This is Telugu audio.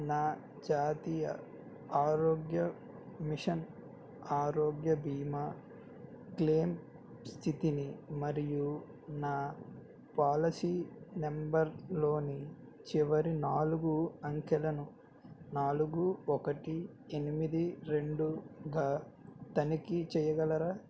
నా జాతీయ ఆరోగ్య మిషన్ ఆరోగ్య బీమా క్లెయిమ్ స్థితిని మరియు నా పాలసీ నంబర్లోని చివరి నాలుగు అంకెలను నాలుగు ఒకటి ఎనిమిది రెండుగా తనిఖీ చేయగలరా